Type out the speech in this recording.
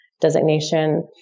designation